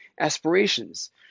aspirations